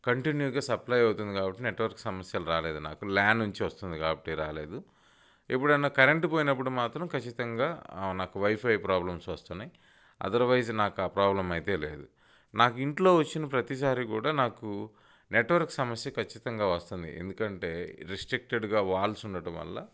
కంటిన్యూగా సప్లై అవుతుంది కాబట్టి నెట్వర్క్ సమస్యలు రాలేదు నాకు ల్యాన్ నుంచి వస్తుంది కాబట్టి రాలేదు ఎప్పుడన్నా కరెంటు పోయినప్పుడు మాత్రం కచ్చితంగా నాకు వైఫై ప్రాబ్లమ్స్ వస్తున్నాయి అదర్వైస్ నాకు ఆ ప్రాబ్లం అయితే లేదు నాకు ఇంట్లో వచ్చిన ప్రతిసారి కూడా నాకు నెట్వర్క్ సమస్య కచ్చితంగా వస్తుంది ఎందుకంటే రిస్ట్రిక్టెడ్గా వాల్స్ ఉండటం వల్ల